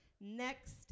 next